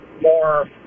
more